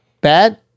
Bad